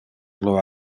illo